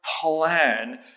plan